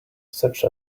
such